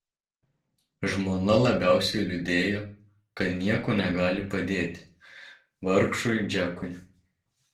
žmona labiausiai liūdėjo kad niekuo negali padėti vargšui džekui